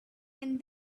and